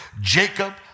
Jacob